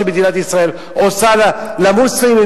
שמדינת ישראל עושה למוסלמים,